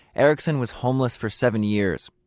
ericson was homeless for seven years.